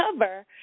cover